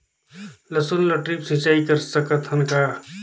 लसुन ल ड्रिप सिंचाई कर सकत हन का?